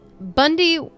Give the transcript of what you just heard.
Bundy